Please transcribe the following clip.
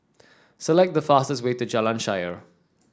select the fastest way to Jalan Shaer